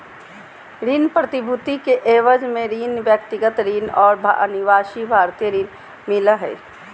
ऋण प्रतिभूति के एवज में ऋण, व्यक्तिगत ऋण और अनिवासी भारतीय ऋण मिला हइ